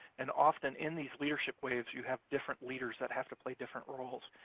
and often in these leadership waves, you have different leaders that have to play different roles.